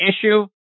issue